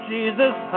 Jesus